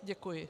Děkuji.